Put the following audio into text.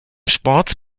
sports